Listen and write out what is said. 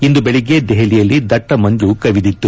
ಇಂದು ಬೆಳಿಗ್ಗೆ ದೆಹಲಿಯಲ್ಲಿ ದಟ್ಟ ಮಂಜು ಕವಿದಿತ್ತು